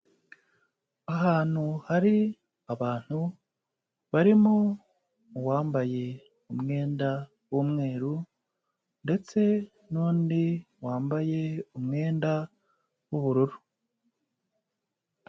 Ahantu hari abantu barimo uwambaye umwenda w'umweru ndetse n'undi wambaye umwenda w'ubururu.